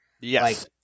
Yes